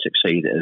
succeed